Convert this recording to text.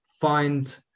find